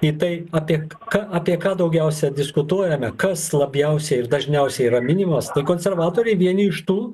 į tai apie ką apie ką daugiausia diskutuojame kas labiausiai ir dažniausiai yra minimas konservatoriai vieni iš tų